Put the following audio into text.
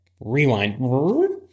rewind